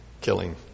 killing